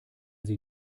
sie